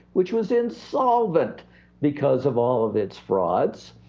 which was insolvent because of all of its frauds.